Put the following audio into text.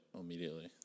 immediately